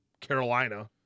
Carolina